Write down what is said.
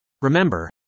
Remember